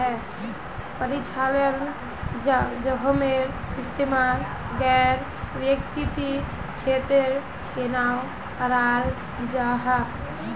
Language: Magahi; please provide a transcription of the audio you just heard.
परिचालन जोखिमेर इस्तेमाल गैर वित्तिय क्षेत्रेर तनेओ कराल जाहा